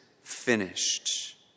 finished